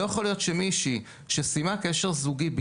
לא יכול להיות מצב שבו מישהי שהיא סיימה קשר זוגי.